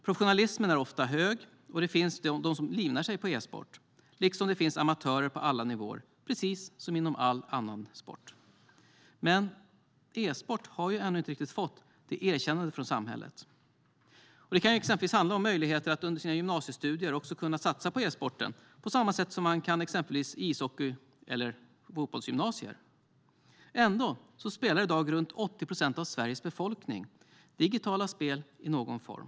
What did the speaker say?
Professionalismen är ofta hög, och det finns de som livnär sig på e-sport liksom det finns amatörer på alla nivåer - precis som inom all annan sport. E-sport har dock ännu inte riktigt fått ett riktigt erkännande från samhället. Det kan exempelvis handla om möjligheten att under sina gymnasiestudier kunna satsa också på e-sport, på samma sätt som man kan göra på exempelvis ishockey eller fotbollsgymnasier. Ändå spelar i dag runt 80 procent av Sveriges befolkning digitala spel i någon form.